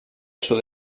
sud